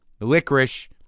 licorice